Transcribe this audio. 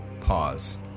Pause